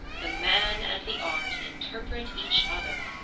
the man and the art interpret each other,